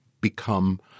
become